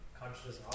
consciousness